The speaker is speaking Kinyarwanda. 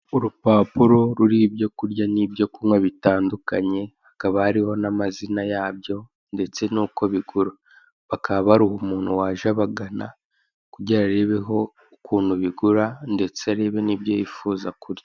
Urupapuro ruriho ibyo kurya ibyo kurya n'ibyo kunywa bitandukanye, hakaba hariho n'amazina yabyo, ndetse n'uko bigura. Bakaba baruha umuntu waje abagana kugira arebeho ukuntu bigura, ndetse arebeho n'ibyo yifuza kureba.